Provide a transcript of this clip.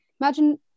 imagine